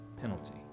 penalty